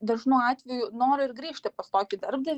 dažnu atveju noro ir grįžti pas tokį darbdavį